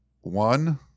One